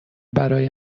برای